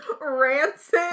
rancid